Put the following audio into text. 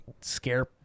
scare